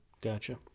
Gotcha